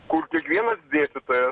kur kiekvienas dėstytojas